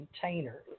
container